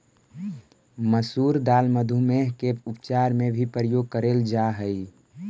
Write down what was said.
मसूर दाल मधुमेह के उपचार में भी प्रयोग करेल जा हई